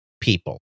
people